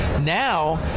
now